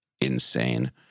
insane